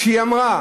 כשהיא אמרה: